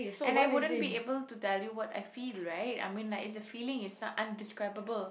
and I wouldn't be able to tell you what I feel right I mean like it's a feeling it's undescribable